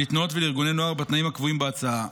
לתנועות ולארגוני נוער בתנאים הקבועים בהצעה.